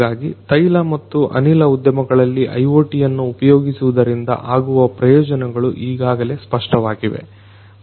ಹಾಗಾಗಿ ತೈಲ ಮತ್ತು ಅನಿಲ ಉದ್ಯಮಗಳಲ್ಲಿ IoT ಯನ್ನು ಉಪಯೋಗಿಸುವುದರಿಂದ ಆಗುವ ಪ್ರಯೋಜನಗಳು ಈಗಾಗಲೆ ಸ್ಪಷ್ಟವಾಗಿವೆ